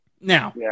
Now